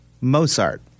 Mozart